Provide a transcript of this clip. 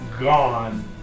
gone